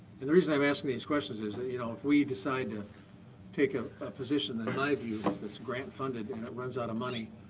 the reason i'm asking these questions is you know if we decide to take a ah position that in my view, if it's grant funded and it runs out of money,